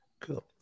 Cool